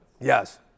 Yes